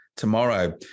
Tomorrow